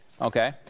Okay